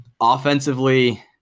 Offensively